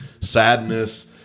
sadness